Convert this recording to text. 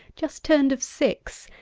just turned of six,